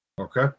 Okay